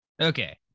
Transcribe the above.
Okay